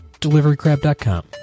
DeliveryCrab.com